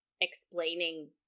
explaining